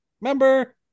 Remember